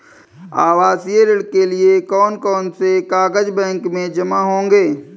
आवासीय ऋण के लिए कौन कौन से कागज बैंक में जमा होंगे?